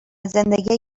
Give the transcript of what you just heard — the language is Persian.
زندگی